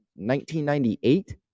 1998